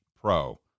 pro